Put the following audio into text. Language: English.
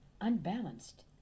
unbalanced